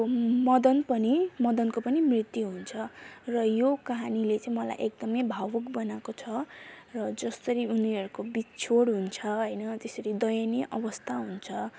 मदन पनि मदनको पनि मृत्यु हुन्छ र यो कहानीले चाहिँ मलाई एकदमै भावुक बनाएको छ र जसरी उनीहरूको बिछोड हुन्छ होइन त्यसरी दयनीय अवस्था हुन्छ